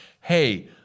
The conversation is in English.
hey